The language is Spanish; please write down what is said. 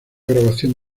grabación